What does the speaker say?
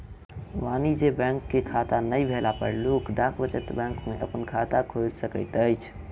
वाणिज्य बैंक के खाता नै भेला पर लोक डाक बचत बैंक में अपन खाता खोइल सकैत अछि